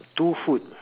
two food